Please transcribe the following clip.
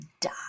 die